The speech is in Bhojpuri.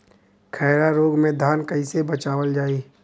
खैरा रोग से धान कईसे बचावल जाई?